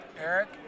Eric